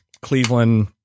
cleveland